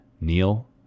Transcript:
Neil